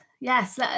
yes